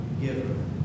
giver